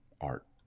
art